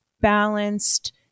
balanced